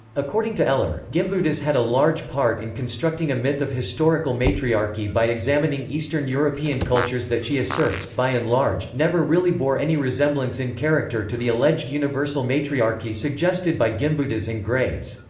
according to eller, gimbutas had a large part in constructing a myth of historical matriarchy by examining eastern european cultures that she asserts, by and large, never really bore any resemblance in character to the alleged universal matriarchy suggested by gimbutas and graves.